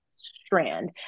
Strand